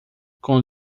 com